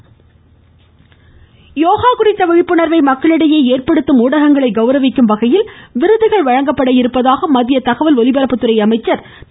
மமமமமம பிரகாஷ்டஜவ்டேகர் யோகா குறித்த விழிப்புணர்வை மக்களிடையே ஏற்படுத்தும் ஊடகங்களை கௌரவிக்கும் வகையில் விருதுகள் வழங்கப்பட இருப்பதாக மத்திய தகவல் ஒலிபரப்பு துறை அமைச்சர் திரு